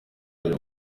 mbere